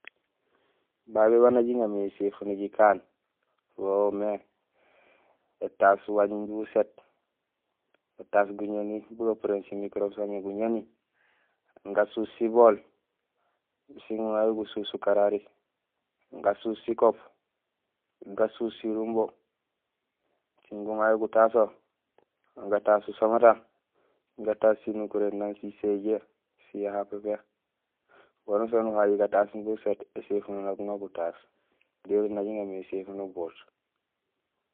Babé wanja jiŋamé éséfuno jikaan wo woomé étaas waañ imbi uséét, étaas guñéni bugapuréén simikuroob saamé guñéni, gasuus sibool, sing guŋayo gusuus ukarari, gasuus sikop, gasuus sirumbo, sing guŋayo gutaso, gataas usamata, gataas sinukuréén: siséjee, siyaha pépé, wanusaan waan uhajoyé gataas éséfuno nak guŋa gutaas. Déré nak jiŋamé éséfuno boot.